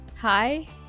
Hi